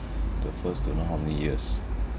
the first don't know how many years